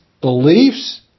beliefs